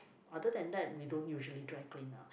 other than that we don't usually dry clean now